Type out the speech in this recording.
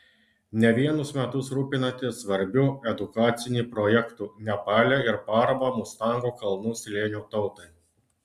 ne vienus metus rūpinatės svarbiu edukaciniu projektu nepale ir parama mustango kalnų slėnio tautai